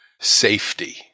safety